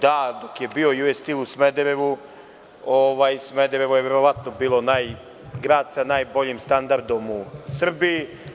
Dok je bio „US Stil“ u Smederevu, Smederevo je verovatno bio grad sa najboljim standardom u Srbiji.